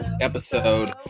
episode